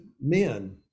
men